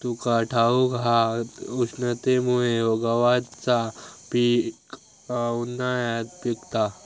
तुका ठाऊक हा, उष्णतेमुळे गव्हाचा पीक उन्हाळ्यात पिकता